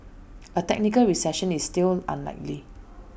A technical recession is still unlikely